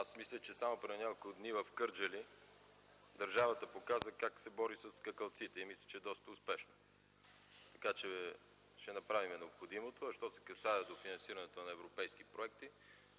Аз мисля, че само преди няколко дни в Кърджали държавата показа как се бори със скакалците и мисля, че е доста успешно, така че ще направим необходимото. Що се касае до финансирането на европейските проекти,